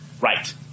Right